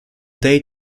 day